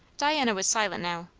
diana was silent now,